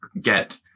get